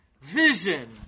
Vision